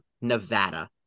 Nevada